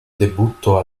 debutto